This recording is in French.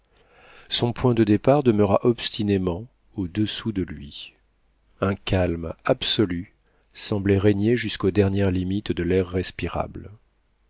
son point de départ demeura obstinément au-dessous de lui un calme absolu semblait régner jusquau dernières limites de l'air respirable